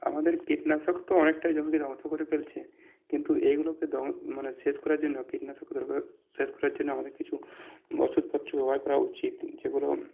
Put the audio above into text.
আমাদের কীটনাশক তো অনেকটাই জমিকে ধ্বংস করে ফেলছে কিন্তু এগুলোকে শেষ করার জন্য আমাদের কিছু ওষুধপত্র ব্যবহার করা উচিত যেগুলো